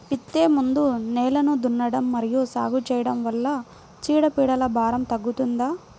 విత్తే ముందు నేలను దున్నడం మరియు సాగు చేయడం వల్ల చీడపీడల భారం తగ్గుతుందా?